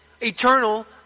eternal